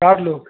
चार लोग